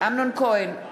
אמנון כהן,